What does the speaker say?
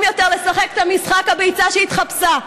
יותר לשחק את המשחק "הביצה שהתחפשה".